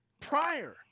prior